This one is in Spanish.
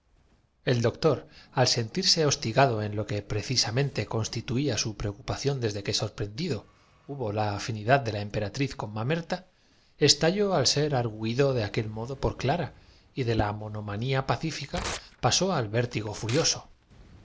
el doctor al sentirse hostigado en lo que precisa vueltas á la inversa al disco del aparato transmisor mente constituía su preocupación desde que sorpren para recogerlas todas y neutralizadas devolver á las dido hubo la afinidad de la emperatriz con mamerta provisiones sus propiedades específicas estalló al ser argüido de aquel modo por clara y de la bueno es saberlo pero estamos perdidos monomanía pacífica pasó al vértigo furioso